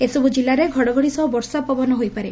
ଏହିସବୂ ଜିଲ୍ଲାରେ ଘଡ଼ଘଡ଼ି ସହ ବର୍ଷା ପବନ ହୋଇପାରେ